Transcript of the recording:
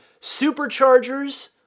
Superchargers